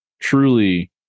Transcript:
truly